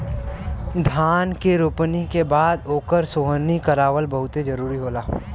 धान के रोपनी के बाद ओकर सोहनी करावल बहुते जरुरी होला